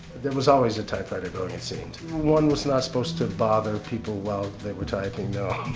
there was always a typewriter going it seemed. one was not supposed to bother people while they were typing though.